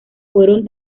fueron